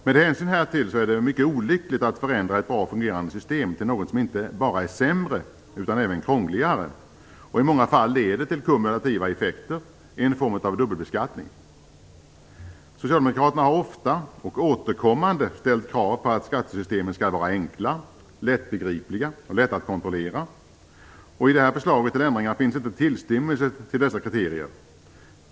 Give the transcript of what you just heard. Med hänsyn härtill är det mycket olyckligt att förändra ett bra fungerande system till något som inte bara är sämre utan även krångligare och i många fall leder till kumulativa effekter, en form av dubbelbeskattning. Socialdemokraterna har ofta och återkommande ställt krav på att skattesystemen skall vara enkla, lättbegripliga och lätta att kontrollera. I det här förslaget till ändringar finns inte tillstymmelse till dessa kriterier.